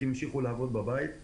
עבדנו מהבתים,